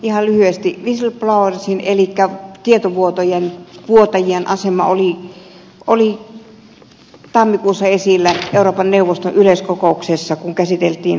ihan lyhyesti whistleblowerien elikkä tietovuotajien asema oli tammikuussa esillä euroopan neuvoston yleiskokouksessa kun käsiteltiin asiaa